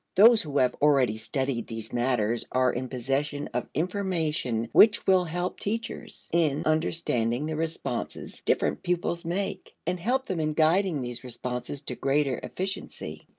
those who have already studied these matters are in possession of information which will help teachers in understanding the responses different pupils make, and help them in guiding these responses to greater efficiency.